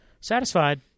satisfied